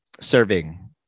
serving